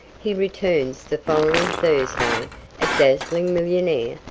he returns the following thursday a dazzling millionaire.